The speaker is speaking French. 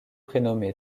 prénommé